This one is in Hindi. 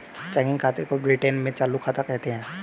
चेकिंग खाते को ब्रिटैन में चालू खाता कहते हैं